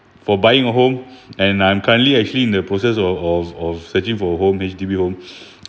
for buying a home and I'm currently actually in the process of of of searching for a home H_D_B home